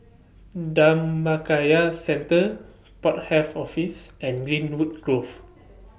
Dhammakaya Centre Port Health Office and Greenwood Grove